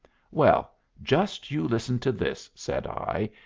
well, just you listen to this, said i,